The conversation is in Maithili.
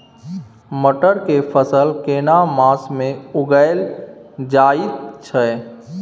मटर के फसल केना मास में उगायल जायत छै?